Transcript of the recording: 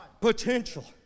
Potential